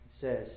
says